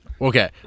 Okay